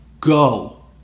go